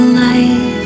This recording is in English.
life